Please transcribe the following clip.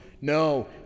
No